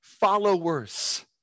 Followers